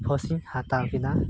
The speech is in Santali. ᱯᱷᱟᱥᱴ ᱤᱧ ᱦᱟᱛᱟᱣ ᱠᱮᱫᱟ